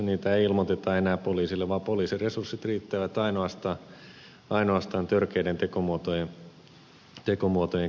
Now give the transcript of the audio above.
niitä ei ilmoiteta enää poliisille vaan poliisin resurssit riittävät ainoastaan törkeiden tekomuotojen käsittelyyn